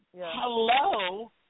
hello